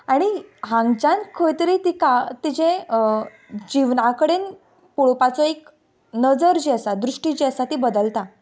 आनी हांगच्यान खंय तरी तिका तिजें जिवना कडेन पळोवपाचो एक नजर जी आसा दृश्टी जी आसा ती बदलता